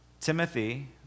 Timothy